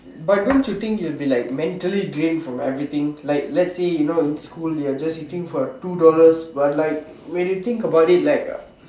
but don't you think you will be like mentally drained from everything like let's say you know in school you're just eating for two dollars but like when you think about it like